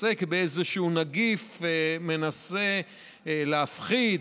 מתעסק באיזשהו נגיף ומנסה להפחיד,